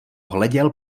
hleděl